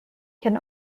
can